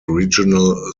regional